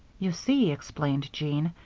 you see, explained jean,